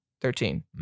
thirteen